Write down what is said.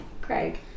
Craig